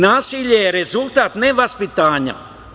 Nasilje je rezultat nevaspitanja.